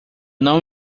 não